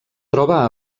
troba